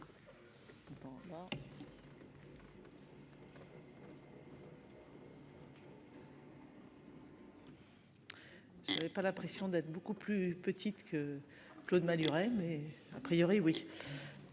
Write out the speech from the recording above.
Je n'avais pas l'impression d'être beaucoup plus petite que Claude Malhuret, mais a priori oui.